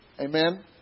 Amen